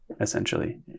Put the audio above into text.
essentially